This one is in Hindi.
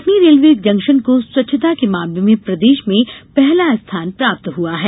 कटनी रेलवे जक्शन को स्वच्छता के मामले में प्रदेश में पहला स्थान प्राप्त हुआ है